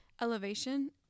elevation